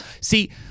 see